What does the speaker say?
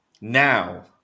Now